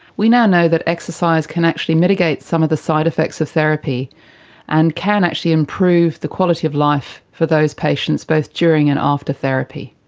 we now know that exercise can actually mitigate some of the side effects of therapy and can actually improve the quality of life for those patients, both during and after therapy.